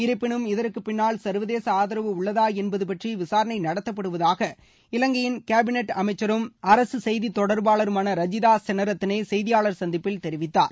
இருப்பினும் இதற்கு பின்னால் சா்வதேச ஆதரவு உள்ளதா என்பது பற்றி விசாரணை நடத்தப்படுவதாக இலங்கையின் கேபிளெட் அமைச்சரும் அரசு செய்திதொடர்பாளருமான ரஜீதா செனரத்னே செய்தியாளர் சந்திப்பில் தெரிவித்தார்